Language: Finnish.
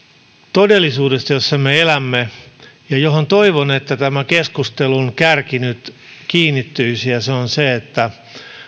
todellisuudesta jossa me elämme ja johon toivon että tämä keskustelun kärki nyt kiinnittyisi ja se on se että